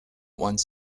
once